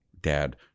dad